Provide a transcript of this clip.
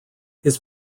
his